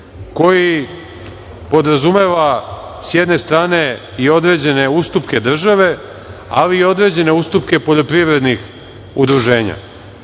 koji podrazumeva sa jedne strane i određene ustupke države, ali i određene ustupke poljoprivrednih udruženja. Mi